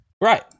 Right